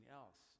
else